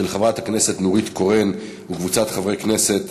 של חברת הכנסת נורית קורן וקבוצת חברי הכנסת,